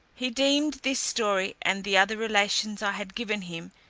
he deemed this story, and the other relations i had given him,